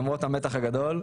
למרות המתח הגדול,